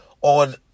on